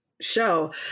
show